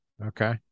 okay